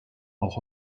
auch